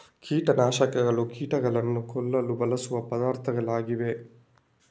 ಕೀಟ ನಾಶಕಗಳು ಕೀಟಗಳನ್ನು ಕೊಲ್ಲಲು ಬಳಸುವ ಪದಾರ್ಥಗಳಾಗಿವೆ